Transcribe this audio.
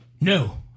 No